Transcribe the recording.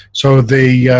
so the.